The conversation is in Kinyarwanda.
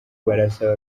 barasaba